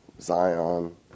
Zion